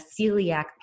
celiac